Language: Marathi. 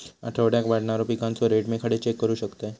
आठवड्याक वाढणारो पिकांचो रेट मी खडे चेक करू शकतय?